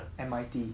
M_I_T